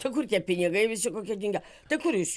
čia kur tie pinigai visi kokie dingę tai kur jūs